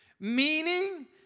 Meaning